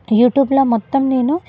యూట్యూబ్లో మొత్తం నేను